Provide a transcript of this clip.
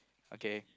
okay